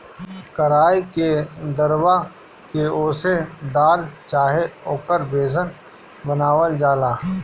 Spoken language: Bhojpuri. कराई के दरवा के ओसे दाल चाहे ओकर बेसन बनावल जाला